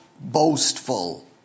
boastful